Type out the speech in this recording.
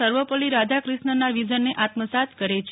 સર્વપલ્લી રાધાક્રિષ્નના વિઝનને આત્મસાત કરે છે